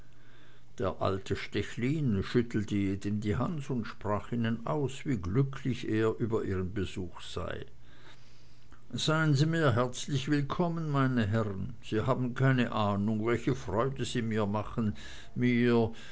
der alte stechlin schüttelte jedem die hand und sprach ihnen aus wie glücklich er über ihren besuch sei seien sie mir herzlich willkommen meine herren sie haben keine ahnung welche freude sie mir machen mir